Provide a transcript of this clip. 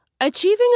Achieving